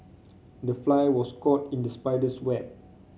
the fly was caught in the spider's web